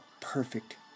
perfect